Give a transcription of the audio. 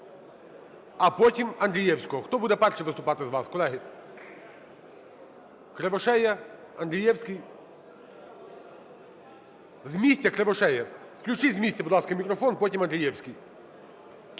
а потім – Андрієвського. Хто буде першим виступати з вас, колеги? Кривошея? Андрієвський? З місця Кривошея. Включіть з місця, будь ласка, мікрофон. Потім – Андрієвський.